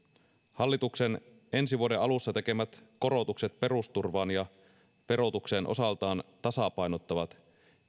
hallituksen ensi vuoden alussa tekemät korotukset perusturvaan ja verotukseen osaltaan tasapainottavat